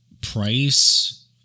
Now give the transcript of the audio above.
price